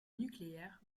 nucléaire